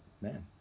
man